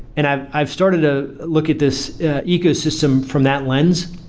and i've i've started a look at this ecosystem from that lens.